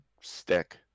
stick